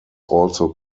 also